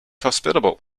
hospitable